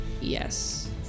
yes